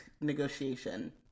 negotiation